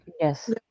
Yes